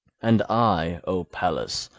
and i, o pallas,